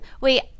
wait